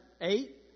eight